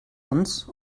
uns